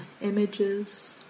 images